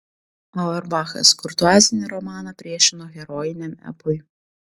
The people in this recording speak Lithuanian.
auerbachas kurtuazinį romaną priešino herojiniam epui